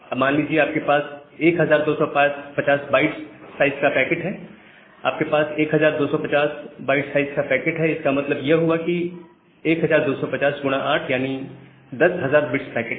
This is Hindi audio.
अब मान लीजिए आपके पास 1250 bytes साइज का पैकेट है आपके पास 1250 bytes साइज का पैकेट है इसका मतलब यह हुआ कि यह 1250X8 है यानी 10000 bits पैकेट